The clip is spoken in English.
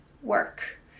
work